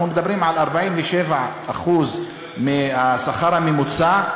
אנחנו מדברים על 47% מהשכר הממוצע.